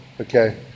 Okay